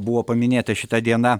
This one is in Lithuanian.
buvo paminėta šita diena